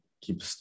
keep